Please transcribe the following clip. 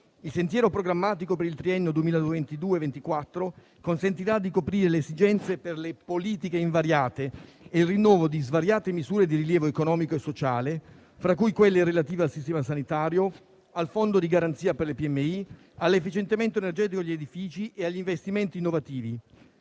«Il sentiero programmatico per il triennio 2022-2024 consentirà di coprire le esigenze per le politiche invariate e il rinnovo di svariate misure di rilievo economico e sociale, tra cui quelle relative al sistema sanitario, al Fondo di garanzia per le PMI, all'efficientamento energetico degli edifici e agli investimenti innovativi.